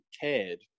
cared